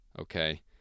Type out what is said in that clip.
okay